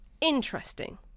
Interesting